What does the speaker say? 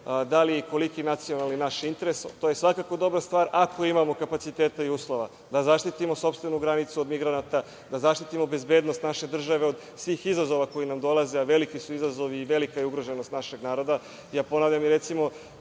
koliki je naš nacionalni interes. To je svakako dobra stvar, ako imamo kapacitete i uslove da zaštitimo sopstvenu granicu od migranata, da zaštitimo bezbednost naše države od svih izazova koji dolaze, a veliki su izazovi i velika je ugroženost našeg naroda. Ponavljam, recimo,